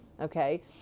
okay